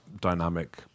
dynamic